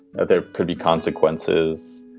there could be consequences.